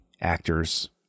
actors